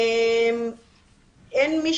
אין מי